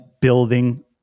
building